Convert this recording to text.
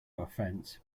offense